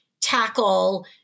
tackle